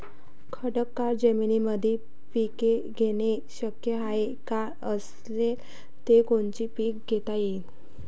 खडकाळ जमीनीमंदी पिके घेणे शक्य हाये का? असेल तर कोनचे पीक घेता येईन?